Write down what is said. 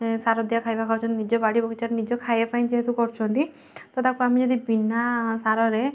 ସାର ଦିଆ ଖାଇବା ଖାଉଛନ୍ତି ନିଜ ବାଡ଼ି ବଗିଚାରେ ନିଜ ଖାଇବା ପାଇଁ ଯେହେତୁ କରୁଛନ୍ତି ତ ତାକୁ ଯଦି ଆମେ ବିନା ସାରରେ